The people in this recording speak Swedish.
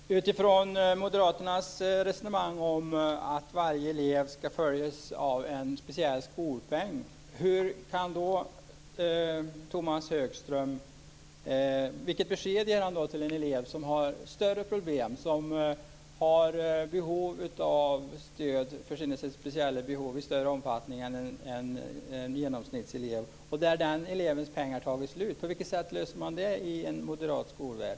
Fru talman! Enligt moderaternas resonemang ska varje elev följas av en speciell skolpeng. Vilket besked ger Tomas Högström då till en elev som har problem som medför behov av stöd i större omfattning än genomsnittet, så att elevens peng har tagit slut? På vilket sätt löser man det i en moderat skolvärld?